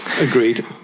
Agreed